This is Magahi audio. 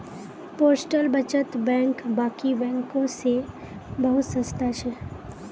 पोस्टल बचत बैंक बाकी बैंकों से बहुत सस्ता छे